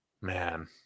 Man